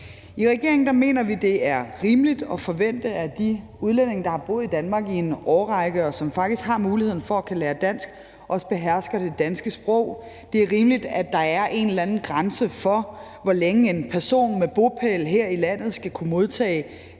I regeringen mener vi, det er rimeligt at forvente, at de udlændinge, der har boet i Danmark i en årrække, og som faktisk har muligheden for at kunne lære dansk, også behersker det danske sprog. Det er rimeligt, at der er en eller anden grænse for, hvor længe en person med bopæl her i landet skal kunne modtage